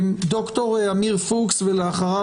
ד"ר עמיר פוקס, בבקשה.